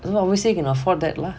that's why obviously can afford that lah